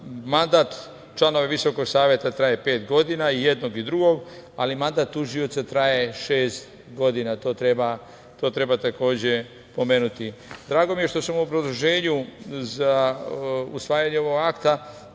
Mandat članova Visokog saveta traje pet godina i jednog i drugog, ali mandat tužioca traje šest godina i to treba takođe pomenuti. Drago mi je što sam u produženju za usvajanju ovog akta